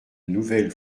nouvelle